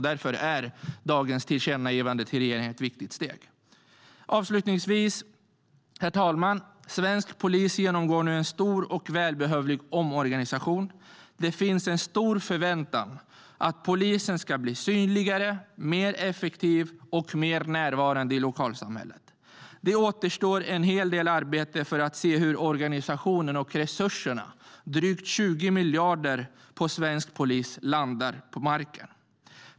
Därför är dagens tillkännagivande till regeringen ett viktigt steg. Avslutningsvis, herr talman, vill jag ta upp att svensk polis nu genomgår en stor och välbehövlig omorganisation. Det finns en stor förväntan att polisen ska bli synligare, mer effektiv och mer närvarande i lokalsamhället. En hel del arbete återstår innan vi ser hur organisationen och resurserna, drygt 20 miljarder till svensk polis, landar.